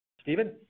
Stephen